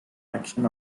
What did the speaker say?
action